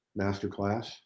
masterclass